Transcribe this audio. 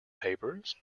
papers